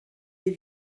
des